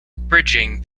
bridging